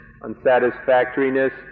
unsatisfactoriness